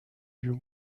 you